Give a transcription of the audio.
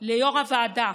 ליו"ר הוועדה